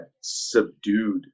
subdued